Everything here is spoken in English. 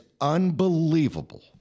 unbelievable